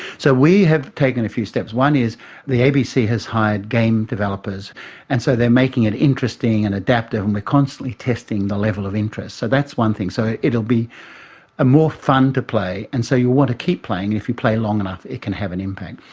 so we have taken a few steps and one is the abc has hired game developers and so they're making it interesting and adaptive and we're constantly testing the level of interest. so that's one thing. so it'll be ah more fun to play and so you'll want to keep playing and if you play long enough it can have an impact.